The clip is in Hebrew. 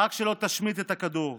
רק שלא תשמוט את הכדור,